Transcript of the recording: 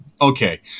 Okay